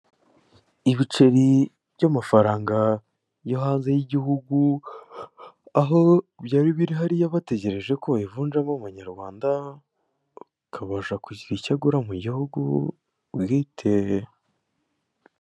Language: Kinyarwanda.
Ibiceri by'amafaranga yo hanze y'igihugu, aho byari biri hariya bategereje ko babivunjamo amanyarwanda, akabasha kugira icyo agura mu gihugu bwite.